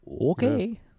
Okay